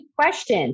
question